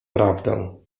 prawdę